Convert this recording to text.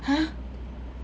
!huh!